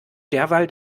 derweil